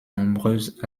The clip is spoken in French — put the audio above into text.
nombreuses